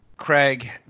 Craig